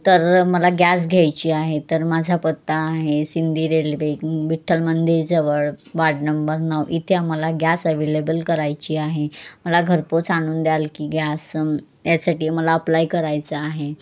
तर मला गॅस घ्यायची आहे तर माझा पत्ता आहे सिंधी रेल्वे विठ्ठल मंदिरजवळ वार्ड नंबर नऊ इथे मला गॅस ॲव्हेलेबल करायची आहे मला घरपोच आणून द्याल की गॅस यासाठी मला अप्लाय करायचं आहे